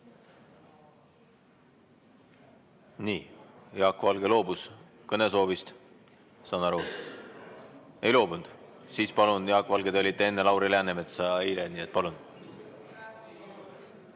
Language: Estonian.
Nii, Jaak Valge loobus kõnesoovist, saan ma aru. Ei loobunud? Siis palun, Jaak Valge, te olite enne Lauri Läänemetsa eile. Nii et palun!